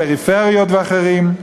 תושבי פריפריה ואחרים,